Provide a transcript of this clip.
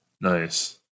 nice